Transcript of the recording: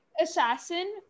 assassin